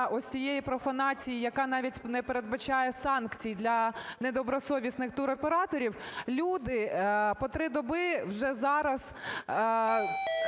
ось цієї профанації, яка навіть не передбачає санкцій для недобросовісних туроператорів, люди по 3 доби, вже зараз